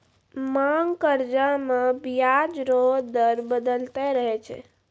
मांग कर्जा मे बियाज रो दर बदलते रहै छै